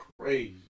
Crazy